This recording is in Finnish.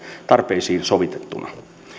tarpeisiin sovitettuina